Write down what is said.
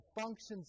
functions